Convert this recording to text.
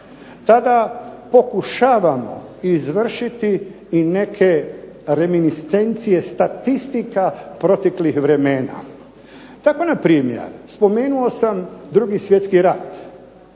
tada pokušavamo izvršiti i neke reminiscencije statistika proteklih vremena. Tako npr. spomenuo sam 2. svjetski rat,